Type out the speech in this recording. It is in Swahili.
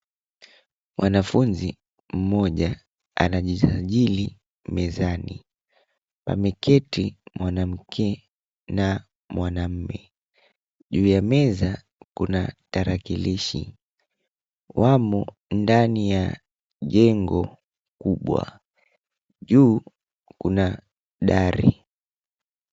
Mwanafunzi mmoja anajisajili mezani. Pameketi mwanamke na mwanamume, juu ya meza kuna tarakilishi. Wamo ndani ya jengo kubwa, juu kuna dari.